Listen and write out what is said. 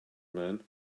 man